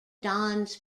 dons